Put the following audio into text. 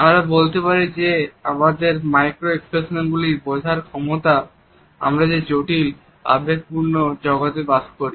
আমরা বলতে পারি যে আমাদের মাইক্রো এক্সপ্রেশনগুলি বোঝার ক্ষমতা আমরা যে জটিল আবেগপূর্ণ জগতে বাস করি